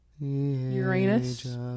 Uranus